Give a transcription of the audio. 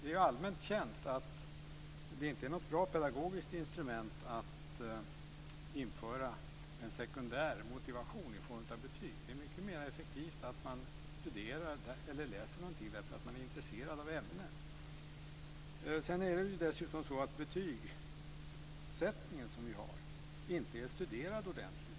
Det är allmänt känt att det inte är något bra pedagogiskt instrument att införa en sekundär motivation i form av betyg. Det är mycket mer effektivt att man studerar eller läser någonting därför att man är intresserad av ämnet. Dessutom har man inte studerat den betygssättning som vi har ordentligt.